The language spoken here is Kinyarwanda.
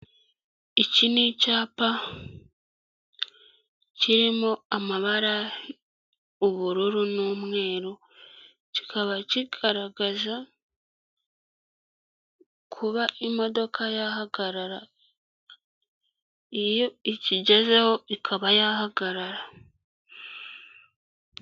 Iki ni icyapa kirimo amabara ubururu n'umweru, kikaba kigaragaza kuba imodoka yahagarara iyo ikigezeho ikaba yahagarara.